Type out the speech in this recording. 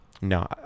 No